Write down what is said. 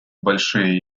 большие